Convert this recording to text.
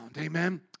Amen